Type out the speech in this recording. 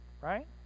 right